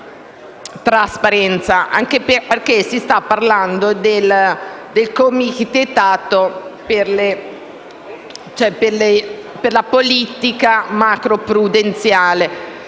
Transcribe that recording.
trasparenza anche perché si sta parlando del Comitato per le politiche macroprudenziali